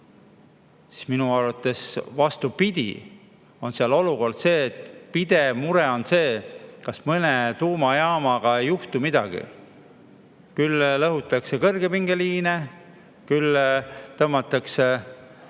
aga minu arvates, vastupidi, on seal olukord, et on pidev mure, ega mõne tuumajaamaga ei juhtu midagi. Küll lõhutakse kõrgepingeliine, küll tõmmatakse